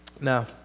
Now